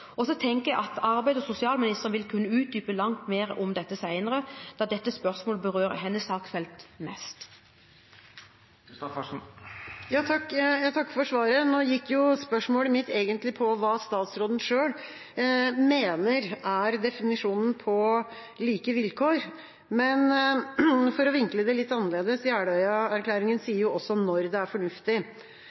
Jeg tenker at arbeids- og sosialministeren vil kunne utdype dette langt mer senere, da dette spørsmålet berører hennes saksfelt mest. Jeg takker for svaret. Spørsmålet mitt gikk egentlig på hva statsråden selv mener er definisjonen av «like vilkår». For å vinkle det litt annerledes: Jeløya-erklæringen sier også når det er